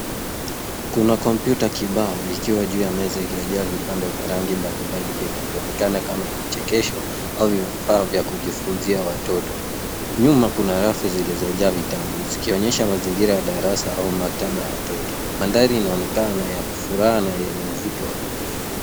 Kuna kompyuta kibao ikiwa juu ya meza iliyojaa vipande vya rangi mbalimbali vinavyoonekana kama vichekesho au vifaa vya kujifunzia watoto. Nyuma kuna rafu zilizojaa vitabu. Zikionyesha mazingira ya darasa au maktaba ya watoto. Mandhari inaonekana ya kufuraha na yenye mvuto wa kujifunza.